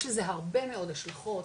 יש לזה הרבה מאוד השלכות,